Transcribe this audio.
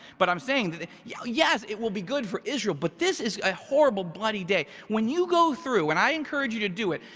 but i'm saying that yeah yes, it will be good for israel, but this is a horrible bloody day. when you go through, and i encourage you to do it,